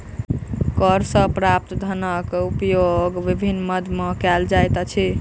कर सॅ प्राप्त धनक उपयोग विभिन्न मद मे कयल जाइत अछि